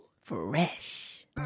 Fresh